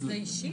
בחוזה אישי?